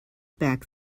back